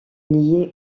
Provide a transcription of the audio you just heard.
liée